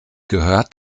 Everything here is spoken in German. gehört